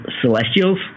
Celestials